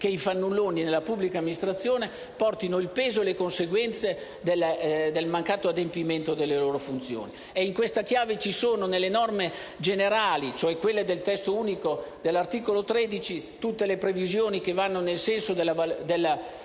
che i fannulloni nella pubblica amministrazione portino il peso e le conseguenze del mancato adempimento delle loro funzioni. In questa chiave, ci sono delle norme generali, cioè quelle dell'articolo 13 del Testo unico, che vanno nel senso del miglioramento